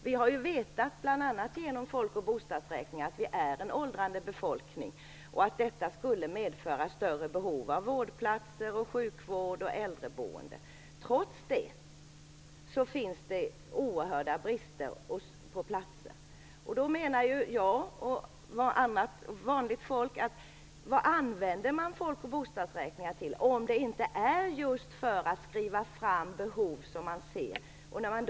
Vi har ju vetat, bl.a. genom folkoch bostadsräkningar, att vi är en åldrande befolkning och att detta skulle medföra större behov av vårdplatser, sjukvård och äldreboende. Trots det råder det oerhört stor brist på platser. Då frågar jag och många andra vanliga människor: Vad använder man folkoch bostadsräkningar till, om det inte är just för att skriva fram tendenser som man ser och förutse behov?